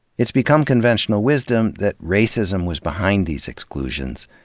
it's become conventional wisdom that racism was behind these exclusions,